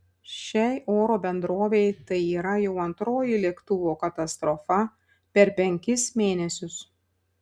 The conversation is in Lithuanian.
šiai oro bendrovei tai yra jau antroji lėktuvo katastrofa per penkis mėnesius